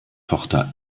tochter